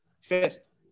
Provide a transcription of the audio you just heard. first